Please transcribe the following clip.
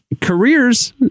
careers